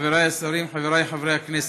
חברי השרים, חבריי חברי הכנסת,